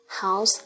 house